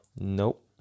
Nope